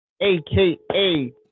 AKA